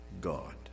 God